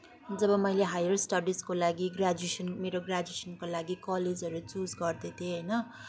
जब मैले हाइयर स्टडिजको लागि ग्रेजुएसन मेरो ग्रेजुएसनको लागि कलेजहरू चुज गर्दै थिएँ होइन